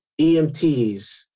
EMTs